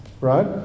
right